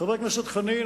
חבר הכנסת חנין,